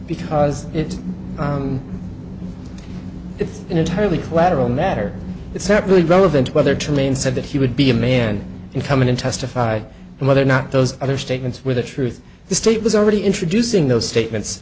because it's an entirely collateral matter it's terribly relevant whether tremaine said that he would be a man and come in and testify and whether or not those other statements were the truth the state was already introducing those statements